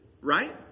Right